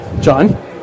John